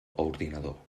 ordinador